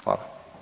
Hvala.